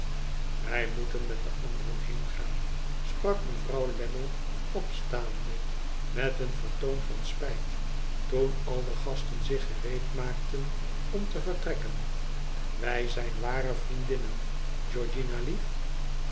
wij moeten met de anderen heengaan sprak mevrouw lammie opstaande met een vertoon van spijt toen al de gasten zich gereedmaakten om te vertrekken wij zijn ware vriendinnen